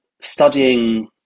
studying